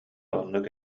оннук